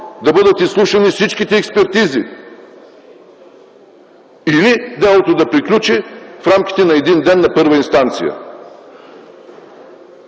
да бъдат изслушани всичките експертизи, или делото да приключи в рамките на един ден на първа инстанция?